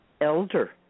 Elder